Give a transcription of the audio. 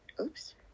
oops